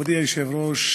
כבוד היושב-ראש,